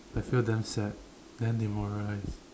I feel damn sad damn demoralized